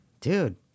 Dude